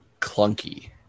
clunky